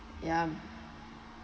ya